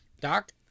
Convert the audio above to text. doc